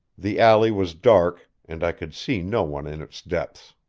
the alley was dark, and i could see no one in its depths.